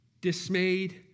dismayed